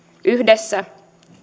yhdessä